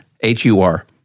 H-U-R